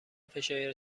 فشار